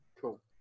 Cool